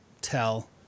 tell